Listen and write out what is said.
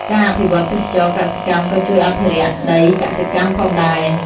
ការអភិវឌ្ឍទេសចរណ៍កសិកម្មក៏ជួយអភិរក្សដីកសិកម្មផងដែរ។